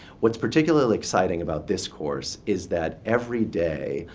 what's particularly exciting about this course is that every day,